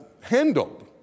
handled